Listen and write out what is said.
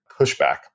pushback